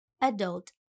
adult